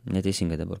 neteisingai dabar